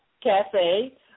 CAFE